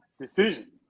decision